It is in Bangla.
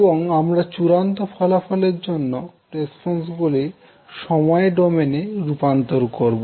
এবং আমরা চূড়ান্ত ফলাফলের জন্য রেসপন্স গুলি সময় ডোমেনে রূপান্তর করব